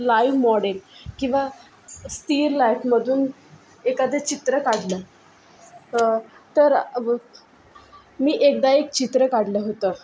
live model किंवा स्थिर लाईफमधून एखादे चित्र काढलं तर मी एकदा एक चित्र काढलं होतं